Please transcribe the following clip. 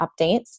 updates